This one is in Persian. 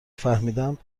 فهمیدم